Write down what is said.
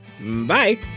Bye